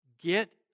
get